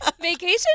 Vacation